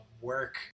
work